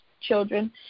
children